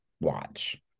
watch